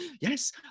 yes